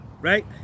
right